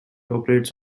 operates